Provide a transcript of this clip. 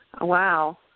Wow